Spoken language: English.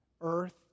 earth